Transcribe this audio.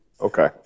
Okay